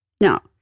Now